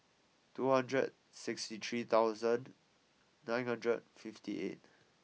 two hundred sixty three thousand nine hundred fifty eight